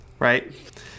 Right